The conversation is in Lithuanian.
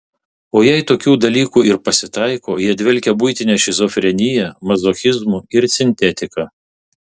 o jei tokių dalykų ir pasitaiko jie dvelkia buitine šizofrenija mazochizmu ir sintetika